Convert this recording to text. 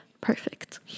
perfect